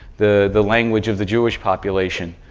the the language of the jewish population,